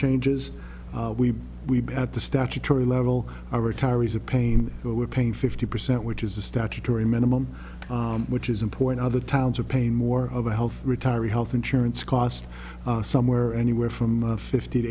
changes we've been at the statutory level our retirees of pain but we're paying fifty percent which is a statutory minimum which is important other towns are paying more of a health retiree health insurance cost somewhere anywhere from fift